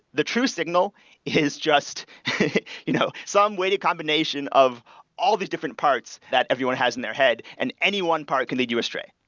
the true signal is just you know some weighted combination of all the different parts that everyone has in their head and anyone part can they do a stray.